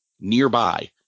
nearby